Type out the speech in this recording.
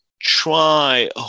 try